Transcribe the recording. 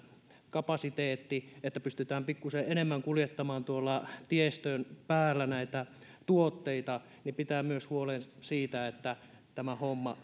kapasiteetti että pystytään pikkusen enemmän kuljettamaan tuolla tiestön päällä näitä tuotteita myös pitää huolen siitä että tämä homma